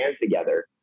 together